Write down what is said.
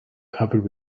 covered